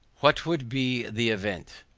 what would be the event?